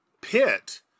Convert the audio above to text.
pit